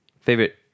favorite